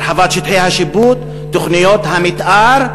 הרחבת שטחי השיפוט, תוכניות המתאר.